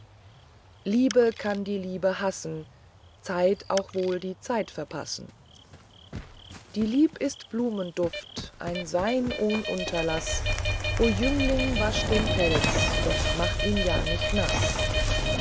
liebe kann die liebe hassen zeit auch wohl die zeit verpassen die lieb ist blumenduft ein sein ohn unterlaß o jüngling wasch den pelz doch mach ihn ja nicht naß